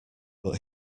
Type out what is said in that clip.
but